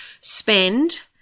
spend